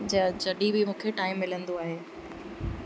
ज जॾहिं बि मूंखे टाइम मिलंदो आहे